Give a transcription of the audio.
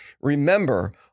Remember